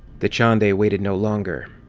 dachande waited no longer.